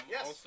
Yes